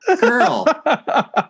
girl